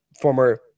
former